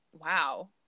wow